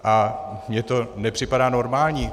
A mně to nepřipadá normální.